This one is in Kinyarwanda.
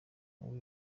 ubu